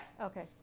Okay